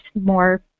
more